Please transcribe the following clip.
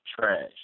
trash